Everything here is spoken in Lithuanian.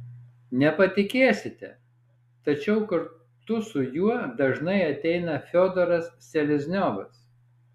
nepatikėsite tačiau kartu su juo dažnai ateina fiodoras selezniovas